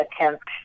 attempt